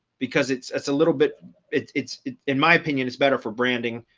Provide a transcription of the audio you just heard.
because it's it's a little bit it's it's in my opinion is better for branding,